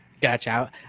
Gotcha